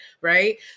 right